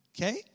okay